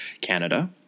Canada